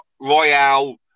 Royale